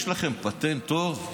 יש לכם פטנט טוב?